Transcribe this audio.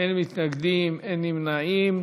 אין מתנגדים, אין נמנעים.